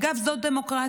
אגב, זאת דמוקרטיה.